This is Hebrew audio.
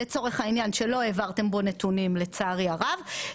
לצורך העניין שלא העברתם בו נתונים לצערי הרב.